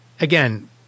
Again